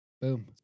Boom